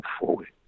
forward